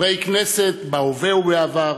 חברי הכנסת בהווה ובעבר,